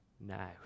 now